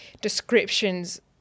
descriptions